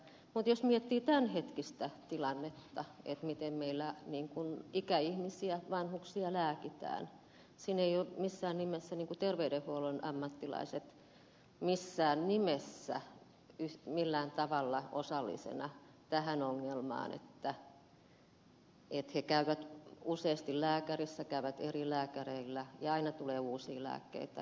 mutta jos miettii tämänhetkistä tilannetta miten meillä ikäihmisiä vanhuksia lääkitään siinä eivät ole missään nimessä terveydenhuollon ammattilaiset millään tavalla osallisena tähän ongelmaan että he käyvät useasti lääkärissä käyvät eri lääkäreillä ja aina tulee uusia lääkkeitä